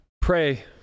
Pray